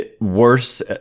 worse